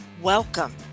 Welcome